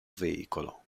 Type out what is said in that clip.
veicolo